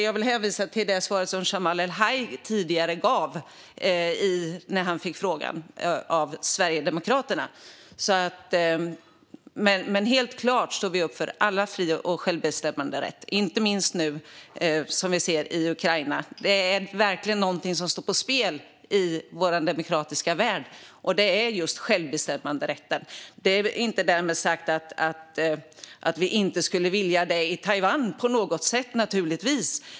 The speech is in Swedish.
Jag vill hänvisa till det svar som Jamal El-Haj gav tidigare när han fick frågan av Sverigedemokraterna. Men helt klart står vi upp för allas frihet och självbestämmanderätt, inte minst nu med det vi ser i Ukraina. Något som verkligen står på spel i vår demokratiska värld är just självbestämmanderätten. Därmed inte sagt att vi inte skulle vilja se det i Taiwan, inte på något sätt.